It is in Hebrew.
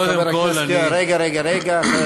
קודם כול, אני, רגע, רגע, רגע.